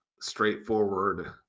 straightforward